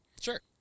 Sure